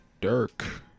Dirk